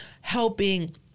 helping